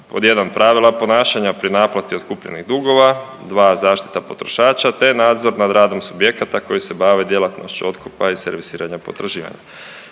Pod 1 pravila ponašanja pri naplati otkupljenih dugova, 2 zaštita potrošača te nadzor nad radom subjekata koji se bave djelatnošću otkupa i servisiranja potraživanja.